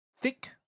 thick